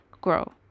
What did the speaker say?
grow